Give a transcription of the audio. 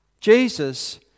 Jesus